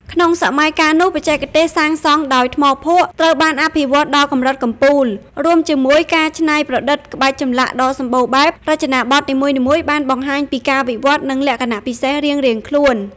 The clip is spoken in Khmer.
ក្នុងសម័យកាលនោះ បច្ចេកទេសសាងសង់ដោយ ថ្មភក់ ត្រូវបានអភិវឌ្ឍដល់កម្រិតកំពូល រួមជាមួយការច្នៃប្រឌិតក្បាច់ចម្លាក់ដ៏សម្បូរបែប រចនាបថនីមួយៗបានបង្ហាញពីការវិវត្តន៍ និងលក្ខណៈពិសេសរៀងៗខ្លួន។